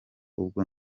ubwo